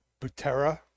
Butera